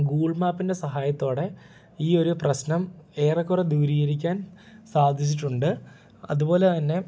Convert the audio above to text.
Google മാപ്പിൻ്റെ സഹായത്തോടെ ഈ ഒരു പ്രശ്നം ഏറെക്കുറെ ദൂരീകരിക്കാൻ സാധിച്ചിട്ടുണ്ട് അതുപോലെ തന്നെ